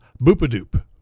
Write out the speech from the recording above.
Boopadoop